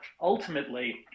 ultimately